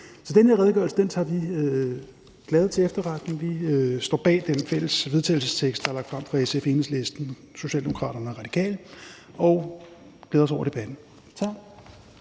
Så den her redegørelse tager vi glade til efterretning. Vi står bag den fælles vedtagelsestekst, der er lagt frem af SF, Enhedslisten, Socialdemokraterne og Radikale, og vi glæder os over debatten. Tak.